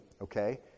okay